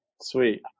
Sweet